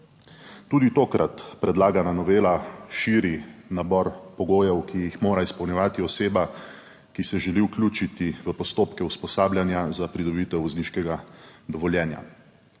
Tudi tokrat predlagana novela širi nabor pogojev, ki jih mora izpolnjevati oseba, ki se želi vključiti v postopke usposabljanja za pridobitev vozniškega dovoljenja.